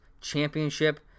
Championship